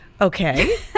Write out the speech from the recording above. Okay